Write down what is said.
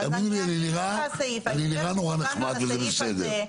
אני, תאמיני לי, אני נראה נורא נחמד וזה בסדר.